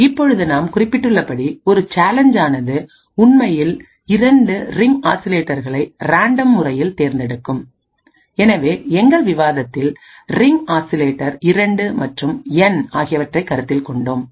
இப்பொழுது நாம் குறிப்பிட்டுள்ளபடி ஒரு சேலஞ்ச் ஆனது உண்மையில் 2 ரிங் ஆஸிலேட்டர்களை ரேண்டம் முறையில் தேர்ந்தெடுக்கும் எனவே எங்கள் விவாதத்தில் ரிங் ஆஸிலேட்டர் 2 மற்றும் என் ஆகியவற்றைக் கருத்தில் கொண்டோம்